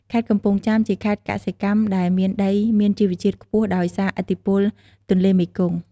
ខេត្តកំពង់ចាម ជាខេត្តកសិកម្មដែលមានដីមានជីជាតិខ្ពស់ដោយសារឥទ្ធិពលទន្លេមេគង្គ។